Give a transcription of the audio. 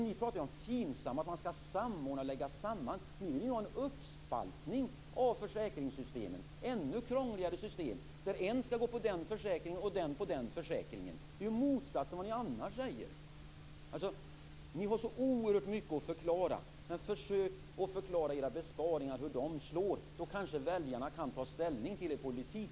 Ni pratar om FINSAM, att man skall samordna och lägga samman. Ni vill ju ha en uppspaltning av försäkringssystemen, ett ännu krångligare system där en skall gå på den försäkringen och en annan på den andra. Det är motsatsen till vad ni annars säger. Ni har oerhört mycket att förklara. Men försök att förklara era besparingar, hur de slår. Då kanske väljarna kan ta ställning till er politik.